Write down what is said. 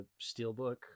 steelbook